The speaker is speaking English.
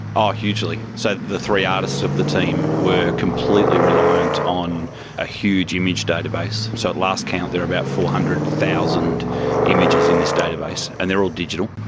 ah hugely. so the three artists of the team were completely reliant on a huge image database. so at last count there were about four hundred thousand images in this database, and they are all digital,